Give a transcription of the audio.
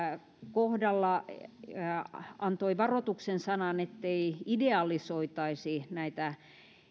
kohdalla antoi varoituksen sanan ettei idealisoitaisi näitä